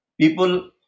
People